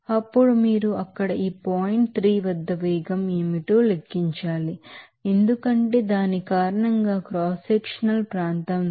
అప్పుడు మీరు అక్కడ ఈ పాయింట్ 3 వద్ద వేగం ఏమిటో లెక్కించాలి ఎందుకంటే దాని కారణంగా క్రాస్ సెక్షనల్ ప్రాంతం ద్వారా